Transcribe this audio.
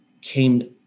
came